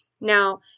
Now